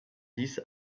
dix